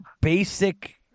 basic